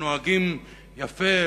שנוהגים יפה,